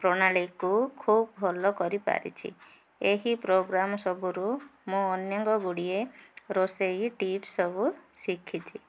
ପ୍ରଣାଳୀକୁ ଖୁବ୍ ଭଲ କରିପାରିଛି ଏହି ପ୍ରୋଗ୍ରାମ୍ ସବୁରୁ ମୁଁ ଅନେକଗୁଡ଼ିଏ ରୋଷେଇ ଟିପ୍ସ ସବୁ ଶିଖିଛି